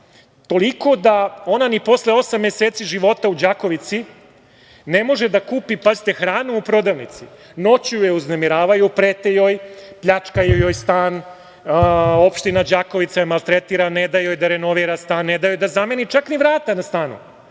toliko da ona ni posle osam meseci života u Đakovici ne može da kupi, pazite, hranu u prodavnici. Noću je uznemiravaju, prete joj, pljačkaju joj stan, opština Đakovica je maltretira, ne da joj da renovira stan, ne da joj da zameni čak ni vrata na stanu.